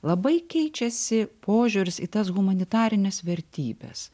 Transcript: labai keičiasi požiūris į tas humanitarines vertybes